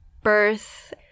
birth